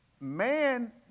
Man